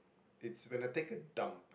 it's Venetica dumb